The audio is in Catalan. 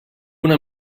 una